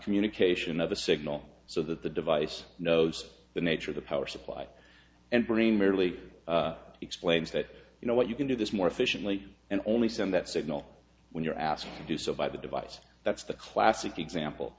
communication of a signal so that the device knows the nature of the power supply and brain merely explains that you know what you can do this more efficiently and only send that signal when you're asked to do so by the device that's the classic example